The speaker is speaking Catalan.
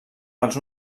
els